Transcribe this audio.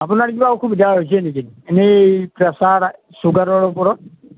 আপোনাৰ কিবা অসুবিধা হৈছে নেকি এনেই প্ৰেচাৰ চুগাৰৰ ওপৰত